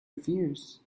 fears